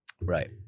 Right